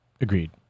Agreed